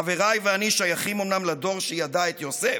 חבריי ואני שייכים אומנם לדור שידע את יוסף,